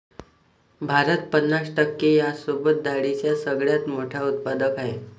भारत पन्नास टक्के यांसोबत डाळींचा सगळ्यात मोठा उत्पादक आहे